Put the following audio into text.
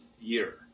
year